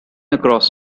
across